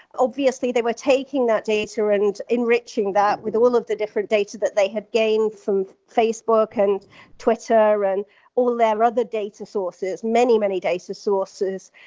obviously they were taking that data and enriching that with all of the different data that they had gained from facebook and twitter and all their other data sources, many, many data sources,